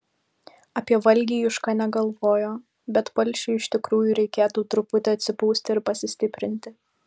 apie valgį juška negalvojo bet palšiui iš tikrųjų reikėtų truputį atsipūsti ir pasistiprinti